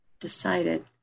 decided